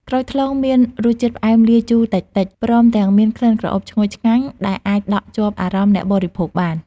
ក្រូចថ្លុងមានរសជាតិផ្អែមលាយជូរតិចៗ ព្រមទាំងមានក្លិនក្រអូបឈ្ងុយឆ្ងាញ់ដែលអាចដក់ជាប់អារម្មណ៍អ្នកបរិភោគបាន។